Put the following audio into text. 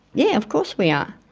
yeah, of course we are.